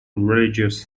religious